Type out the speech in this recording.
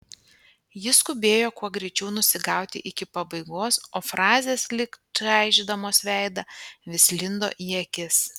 ji skubėjo kuo greičiau nusigauti iki pabaigos o frazės lyg čaižydamos veidą vis lindo į akis